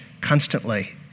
constantly